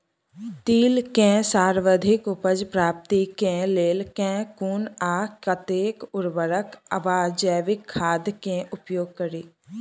तिल केँ सर्वाधिक उपज प्राप्ति केँ लेल केँ कुन आ कतेक उर्वरक वा जैविक खाद केँ उपयोग करि?